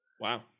Wow